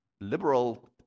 liberal